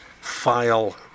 file